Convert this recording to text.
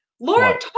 Laura